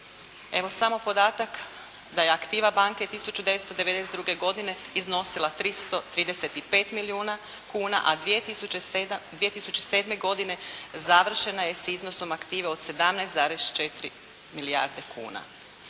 Evo samo podatak da je aktiva banke 1992. godine iznosila 335 milijuna kuna, a 2007. godine završena je sa iznosom aktive od 17,4 milijarde kuna.